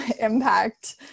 impact